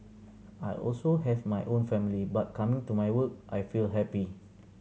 I also have my own family but coming to my work I feel happy